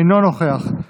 אינו נוכח.